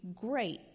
great